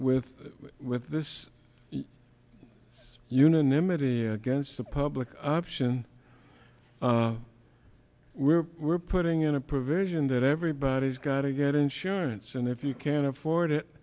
with with this unanimity against the pub the option we're we're putting in a provision that everybody's got to get insurance and if you can't afford it